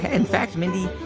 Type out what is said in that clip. in fact, mindy,